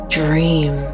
dream